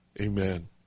Amen